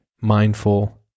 mindful